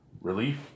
relief